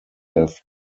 have